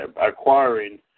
acquiring